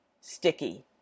sticky